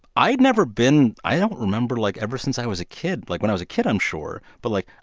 i'd never been i don't remember, like, ever since i was a kid like, when i was a kid i'm sure but, like,